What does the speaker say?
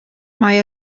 mae